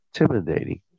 intimidating